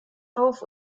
auf